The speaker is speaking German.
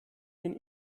den